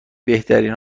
بهترین